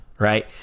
Right